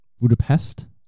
Budapest